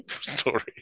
story